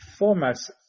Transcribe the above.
formats